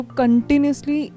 continuously